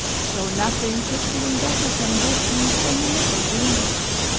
so nothing could be in better condition than her little greenhouse.